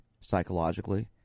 psychologically